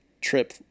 trip